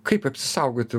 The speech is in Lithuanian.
kaip apsisaugoti